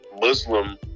Muslim